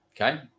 okay